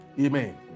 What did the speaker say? Amen